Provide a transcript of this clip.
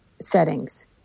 settings